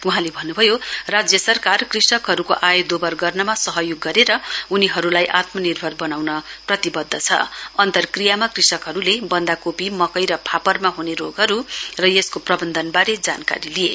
वहाँले भन्नुभयो राज्य सरकार कृषकहरुको आय दोवर वनाउनमा सहयोग गरेर उनीहरुलाई आत्मनिर्भर वनाउन प्रतिबद्ध छ अन्तक्रियामा कृषकहरुले वन्दकोपी मकै र फापरमा हुने रोगहरु र यसको प्रवन्धनवारे जानकारी लिए